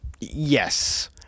Yes